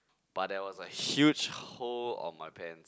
but there was a huge hole on my pants